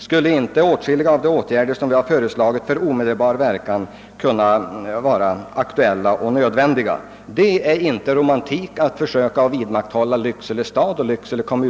Skulle inte åtskilliga av de åtgärder som vi föreslagit i och för omedelbar verkan kunna anses vara aktuella och nödvändiga i detta sammanhang? Är det romantik att söka hålla Lycksele kommunblock vid liv?